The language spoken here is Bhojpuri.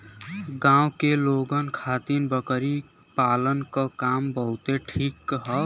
गांव के लोगन खातिर बकरी पालना क काम बहुते ठीक हौ